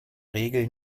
regel